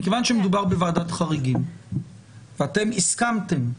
מכיוון שמדובר בוועדת חריגים ואתם הסכמתם